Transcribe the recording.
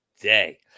day